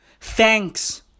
Thanks